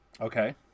Okay